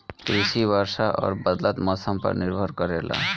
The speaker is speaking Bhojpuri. कृषि वर्षा और बदलत मौसम पर निर्भर करेला